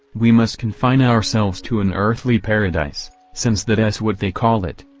we must confine ourselves to an earthly paradise, since that s what they call it.